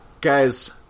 Guys